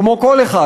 כמו כל אחד,